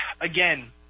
again